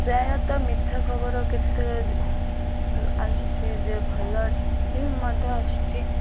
ପ୍ରାୟତଃ ମିଥ୍ୟା ଖବର କେତେ ଆସୁଛି ଯେ ଭଲ ବି ମଧ୍ୟ ଆସୁଛି